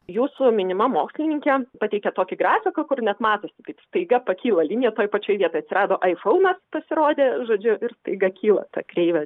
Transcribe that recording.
jūsų minima mokslininkė pateikia tokį grafiką kur net matosi kaip staiga pakyla linija toj pačioj vietoj atsirado aifaunas pasirodė žodžiu ir staiga kyla ta kreivė